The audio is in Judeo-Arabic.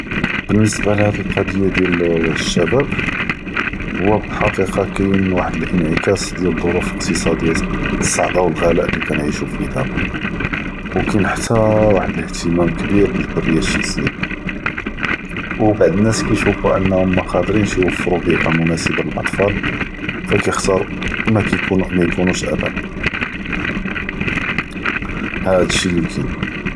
באלניסבה להאד אלקצ’יה דיאל אלשעב, הוא פאלחקיקה כאין וחד אלאנעקאס דיאל אלצ’ורוף אלאיקט’סאדיה אלסע’בה ו אלגל’אלו אללי כנעישו פיה דאבא, ו כאין חתה וחד אלאיחת’מאם כביר ב אלחריה אלשחסיה, ו בעד אלנאס כיישופו אננהום מא קאדרינש יוופרוו ביאה מנאסבה לאלתפאל, פ כיכ’תרו מא יקונו, מא ייקונוש אבאא, האדאשי לי כאין.